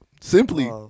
Simply